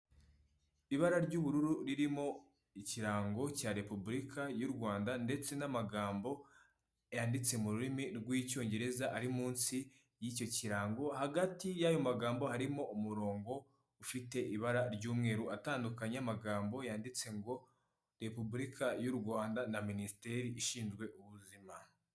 Ibara ry'ubururu ririmo ikirango cya repubulika y'u Rwanda ndetse n'amagambo yanditse mu rurimi rw'icyongereza ari munsi y'icyo kirango, hagati y'ayo magambo harimo umurongo ufite ibara ry'umweru atandukanya amagambo yanditse ngo repubulika y'u Rwanda na minisiteri ishinzwe ubuzima.